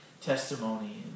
testimony